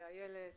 לאיילת